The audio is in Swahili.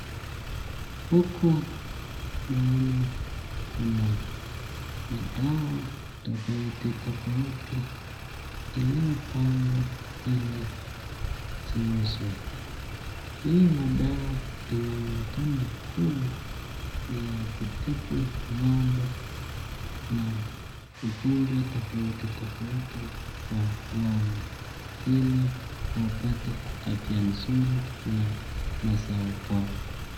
Huku naona kuna madawa tafauti tafauti iliyopangwa hili ziuzwe, hii madawa inaonekana kuwa ni ya kutibu ngo'mbe na ugonjwa tafauti tafauti kwa ngo'mbe hili wapate afya nzuri na mazao bora.